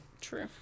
True